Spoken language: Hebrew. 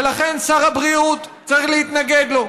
ולכן שר הבריאות צריך להתנגד לו,